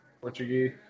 Portuguese